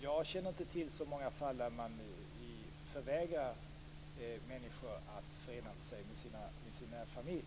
Jag känner inte till så många fall där man förvägrar människor att förena sig med sina familjer.